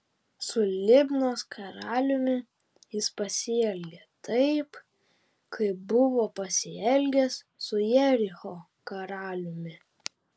su libnos karaliumi jis pasielgė taip kaip buvo pasielgęs su jericho karaliumi